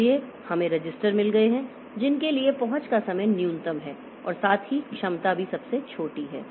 इसलिए हमें रजिस्टर मिल गए हैं जिनके लिए पहुंच का समय न्यूनतम है और साथ ही क्षमता भी सबसे छोटी है